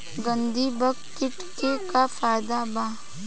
गंधी बग कीट के का फायदा बा?